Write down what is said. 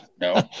No